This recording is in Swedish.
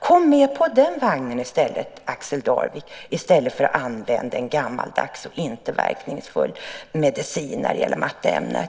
Kom med på den vagnen, Axel Darvik, i stället för att använda en gammaldags och inte verkningsfull medicin när det gäller matteämnet!